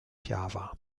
java